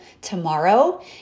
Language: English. tomorrow